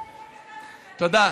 תודה.